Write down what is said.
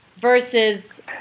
versus